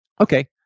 Okay